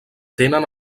tenen